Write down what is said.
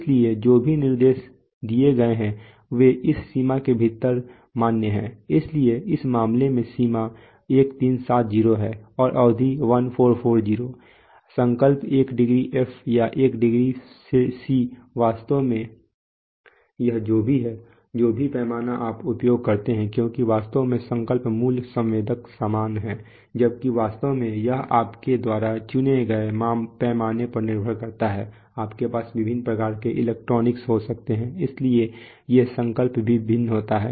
इसलिए जो भी विनिर्देश दिए गए हैं वे इस सीमा के भीतर मान्य हैं इसलिए इस मामले में सीमा 1370 है और अवधि 1440 है संकल्प एक डिग्री F या एक डिग्री C वास्तव में यह जो भी है जो भी पैमाने आप उपयोग करते हैं क्योंकि वास्तव में संकल्प मूल संवेदक समान है जबकि वास्तव में यह आपके द्वारा चुने गए पैमाने पर निर्भर करता है आपके पास विभिन्न प्रकार के इलेक्ट्रॉनिक्स हो सकते हैं इसलिए ये संकल्प भी भिन्न होता है